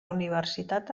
universitat